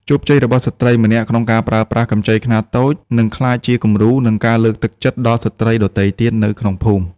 ជោគជ័យរបស់ស្ត្រីម្នាក់ក្នុងការប្រើប្រាស់កម្ចីខ្នាតតូច នឹងក្លាយជាគំរូ និងការលើកទឹកចិត្តដល់ស្ត្រីដទៃទៀតនៅក្នុងភូមិ។